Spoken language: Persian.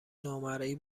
نامرئی